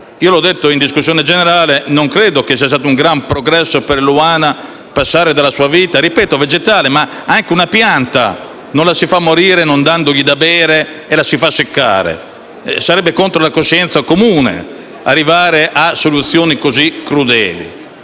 Come ho detto in discussione generale, non credo sia stato un gran progresso per Luana lasciare la sua vita, ripeto, anche se vegetale: anche una pianta non la si fa morire non dandole da bere e facendola seccare. Sarebbe contro la coscienza comune arrivare a soluzioni così crudeli.